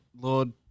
lord